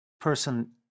person